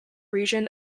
region